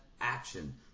action